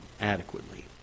adequately